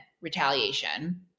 retaliation